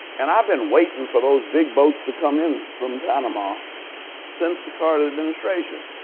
and i've been waiting for those big boats to come in from panama since the carter administration.